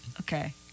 Okay